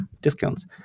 discounts